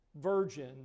virgin